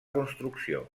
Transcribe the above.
construcció